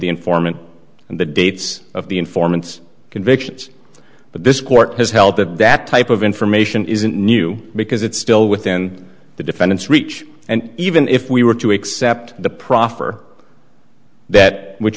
the informant and the dates of the informant convictions but this court has held that that type of information isn't new because it's still within the defendant's reach and even if we were to accept the proffer that which